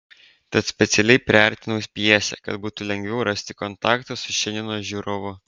tad specialiai priartinau pjesę kad būtų lengviau rasti kontaktą su šiandienos žiūrovu